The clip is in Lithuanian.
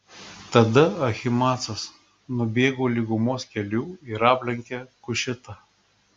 tada ahimaacas nubėgo lygumos keliu ir aplenkė kušitą